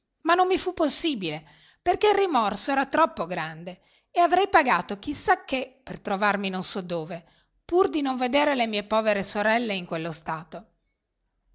ma non mi fu possibile perché il rimorso era troppo grande e avrei pagato chi sa che per trovarmi non so dove pur di non vedere le mie povere sorelle in quello stato